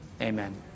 Amen